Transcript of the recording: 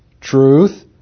truth